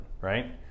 right